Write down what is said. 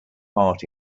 heart